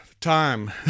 time